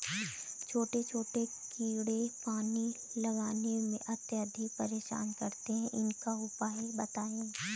छोटे छोटे कीड़े पानी लगाने में अत्याधिक परेशान करते हैं इनका उपाय बताएं?